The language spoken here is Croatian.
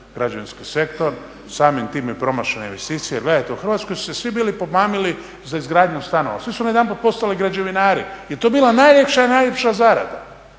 građevinski sektor, samim time promašena investicija. Gledajte u Hrvatskoj su se svi bili pomamili za izgradnju stanova, svi su najedanput postali građevinari jer je to bila najlakša i najljepša zarada